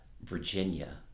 Virginia